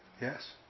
Yes